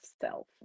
self